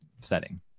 setting